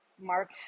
Mark